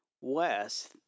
West